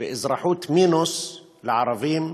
ואזרחות מינוס לערבים,